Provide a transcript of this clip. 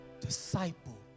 disciple